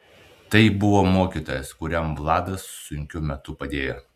tai buvo mokytojas kuriam vladas sunkiu metu padėjo